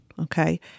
okay